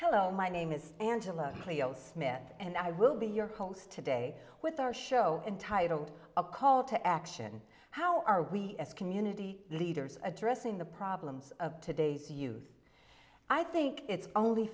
hello my name is angela cleo's mit and i will be your homes today with a show entitled a call to action how are we as community leaders addressing the problems of today's use i think it's only